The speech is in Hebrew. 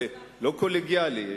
זה לא קולגיאלי,